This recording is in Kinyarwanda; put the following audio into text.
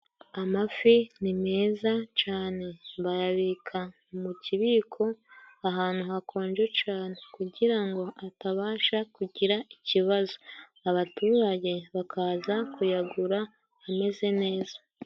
Amafi ni meza cyane. Bayabika mu kibiko ahantu hakonje cyane kugira ngo atabasha kugira ikibazo, abaturage bakaza kuyagura ameze neza.